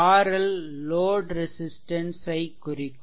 RL load resistance ஐ குறிக்கும்